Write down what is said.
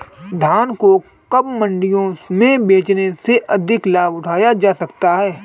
धान को कब मंडियों में बेचने से अधिक लाभ उठाया जा सकता है?